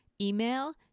email